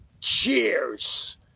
Cheers